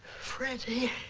freddie!